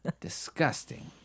Disgusting